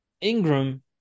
Ingram